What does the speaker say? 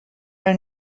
are